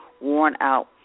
worn-out